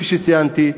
כפי שציינתי,